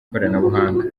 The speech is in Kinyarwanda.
ikoranabuhanga